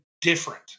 different